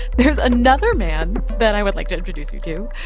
there's another man that i would like to introduce you to.